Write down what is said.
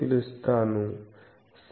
centre u0